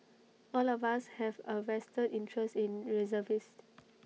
all of us have A vested interest in reservist